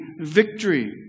victory